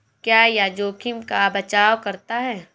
क्या यह जोखिम का बचाओ करता है?